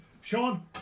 Sean